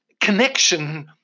connection